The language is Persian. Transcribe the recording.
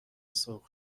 سرخ